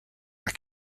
are